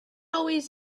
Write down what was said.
always